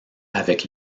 avec